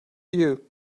you